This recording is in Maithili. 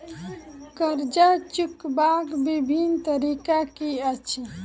कर्जा चुकबाक बिभिन्न तरीका की अछि?